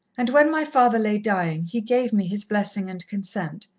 and when my father lay dying, he gave me his blessing and consent,